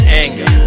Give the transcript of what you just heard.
anger